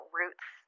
roots